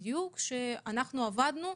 עבדנו,